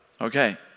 Okay